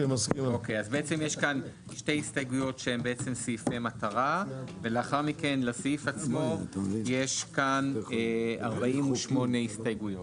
יש פה 2 הסתייגויות שהן סעיפי מטרה ולסעיף עצמו יש פה 48 הסתייגויות.